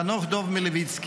חנוך דב מלביצקי,